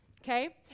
okay